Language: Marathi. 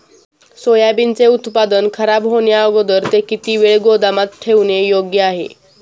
सोयाबीनचे उत्पादन खराब होण्याअगोदर ते किती वेळ गोदामात ठेवणे योग्य आहे?